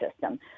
system